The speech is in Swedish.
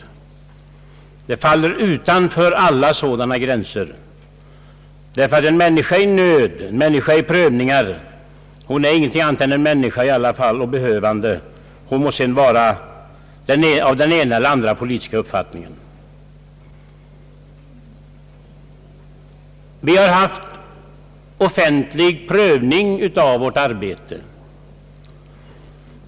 Den omständigheten faller utanför alla sådana gränser, ty en människa i nöd, en människa i prövningar är i alla fall ingenting annat än en människa, en behövande, hon må sedan vara av den ena eller andra politiska uppfattningen. Vi har haft offentlig prövning av vårt arbete.